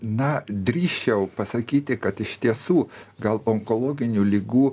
na drįsčiau pasakyti kad iš tiesų gal onkologinių ligų